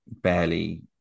barely